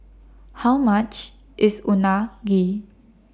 How much IS Unagi